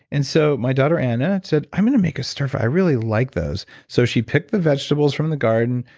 and so my daughter anna said, i'm going to make a stir fry. i really like those. so she picked the vegetables from the garden.